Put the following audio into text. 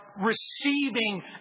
receiving